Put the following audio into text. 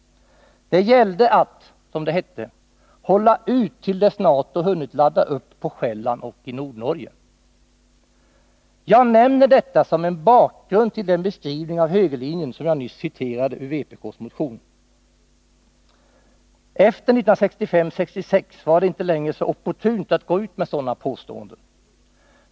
Det gällde att, som det hette, hålla ut till dess NATO hunnit ladda upp på Själland och i Nordnorge. Jag nämner detta som en bakgrund till den beskrivning av högerlinjen som jag nyss citerade ur vpk:s motion. Efter 1965-1966 var det inte längre så opportunt att gå ut med sådana påståenden.